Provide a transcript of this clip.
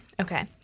Okay